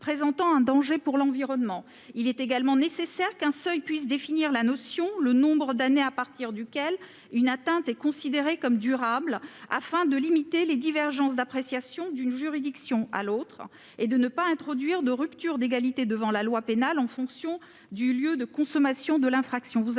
présentant un danger pour l'environnement. Il est également nécessaire qu'un seuil, c'est-à-dire le nombre d'années à partir duquel une atteinte est considérée comme durable, puisse définir la notion afin de limiter les divergences d'appréciation d'une juridiction à l'autre et de ne pas introduire de rupture d'égalité devant la loi pénale en fonction du lieu de commission de l'infraction.